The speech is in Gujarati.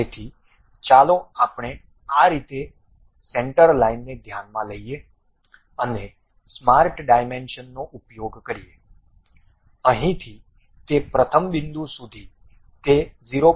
તેથી ચાલો આપણે આ રીતે સેન્ટ્રર લાઈનને ધ્યાનમાં લઈએ અને સ્માર્ટ ડાયમેન્શનનો ઉપયોગ કરીએ અહીંથી તે પ્રથમ બિંદુ સુધી તે 0